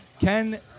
Ken